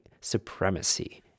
supremacy